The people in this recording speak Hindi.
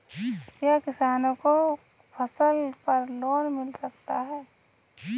क्या किसानों को फसल पर लोन मिल सकता है?